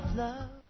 love